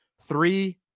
three